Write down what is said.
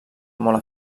molt